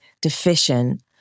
deficient